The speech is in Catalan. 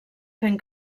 fent